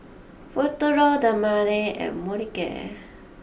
Futuro Dermale and Molicare